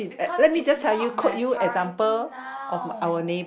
because it's not my priority now